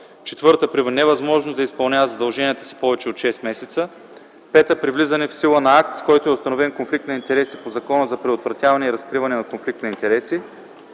5. при влизане в сила на акт, с който е установен конфликт на интереси по Закона за предотвратяване и разкриване на конфликт на интереси;